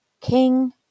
King